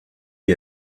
lui